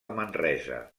manresa